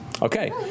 Okay